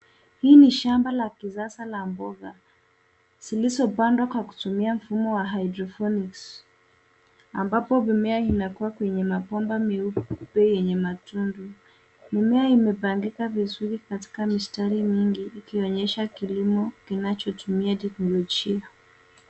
Hii ni shamba la kisasa la mboga zilizopandwa kwa kutumia mfumo wa hydroponics ambapo mimea inakua kwa mabomba meupe yenye matundu. Mimea imepangika vizuri katika mistari mingi ikionyesha kilimo kinachotumia teknolojia.